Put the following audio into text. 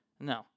No